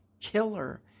killer